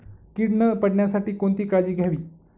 कीड न पडण्यासाठी कोणती काळजी घ्यावी?